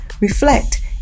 reflect